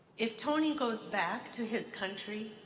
if tony goes back to his country,